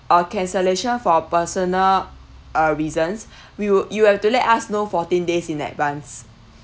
a cancellation for personal uh reasons we will you have to let us know fourteen days in advance